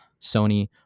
Sony